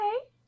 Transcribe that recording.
okay